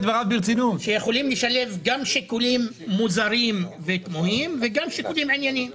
שיכולים לשלב גם שיקולים מוזרים ותמוהים וגם שיקולים ענייניים.